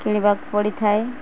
କିଣିବାକୁ ପଡ଼ିଥାଏ